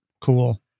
Cool